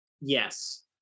Yes